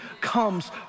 comes